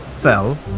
fell